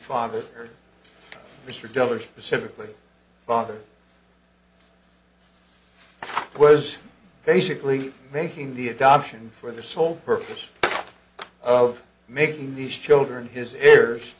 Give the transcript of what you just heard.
father mr della specifically bother was basically making the adoption for the sole purpose of making these children his heirs